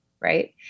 right